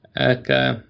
Okay